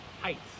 heights